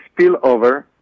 spillover